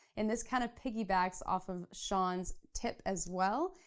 and this kind of piggy backs off of shawn's tip as well.